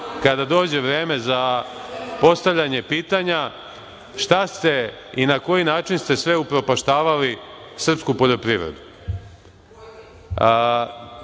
kada dođe vreme za postavljanje pitanja, šta ste i na koji način ste sve upropaštavali srpsku poljoprivredu. Nisam